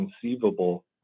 conceivable